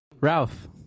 Ralph